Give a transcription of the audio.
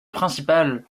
principal